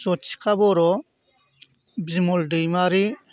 जथिखा बर' बिमल दैमारि